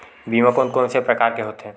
बीमा कोन कोन से प्रकार के होथे?